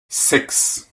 six